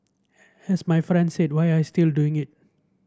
has my friend said why are still doing it